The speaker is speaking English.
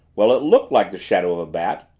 well, it looked like the shadow of a bat.